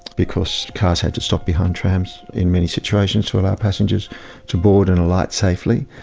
because cars had to stop behind trams in many situations to allow passengers to board and alight safely.